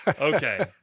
okay